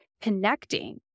connecting